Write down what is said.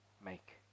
make